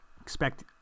expect